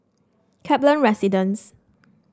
Kaplan Residence